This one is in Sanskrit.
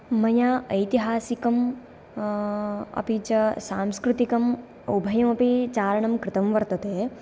मया ऐतिहासिकं अपि च सांस्कृतिकम् उभयमपि चारणं कृतं वर्तते